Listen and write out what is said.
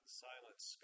silence